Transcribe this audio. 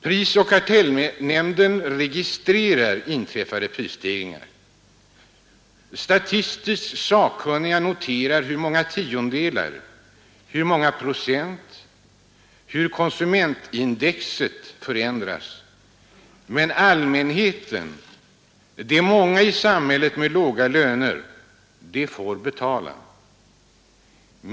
Prisoch kartellnämnden registrerar inträffade prisstegringar, statistiskt sakkunniga noterar hur många tiondelar, hur många procent konsumentindexet förändras. Men allmänheten, de många i samhället med låga löner, får betala.